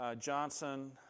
Johnson